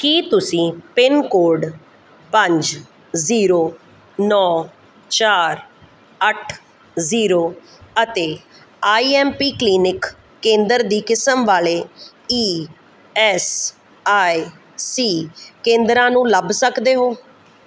ਕੀ ਤੁਸੀਂ ਪਿੰਨਕੋਡ ਪੰਜ ਜ਼ੀਰੋ ਨੌਂ ਚਾਰ ਅੱਠ ਜ਼ੀਰੋ ਅਤੇ ਆਈ ਐੱਮ ਪੀ ਕਲੀਨਿਕ ਕੇਂਦਰ ਦੀ ਕਿਸਮ ਵਾਲੇ ਈ ਐੱਸ ਆਈ ਸੀ ਕੇਂਦਰਾਂ ਨੂੰ ਲੱਭ ਸਕਦੇ ਹੋ